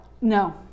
No